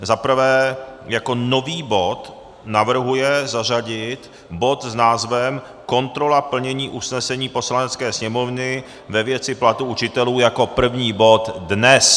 Za prvé, jako nový bod navrhuje zařadit bod s názvem Kontrola plnění usnesení Poslanecké sněmovny ve věci platů učitelů jako první bod dnes.